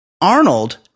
Arnold